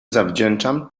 zawdzięczam